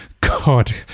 God